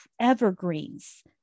evergreens